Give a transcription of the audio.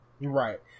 Right